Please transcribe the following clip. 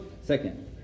second